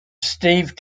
steve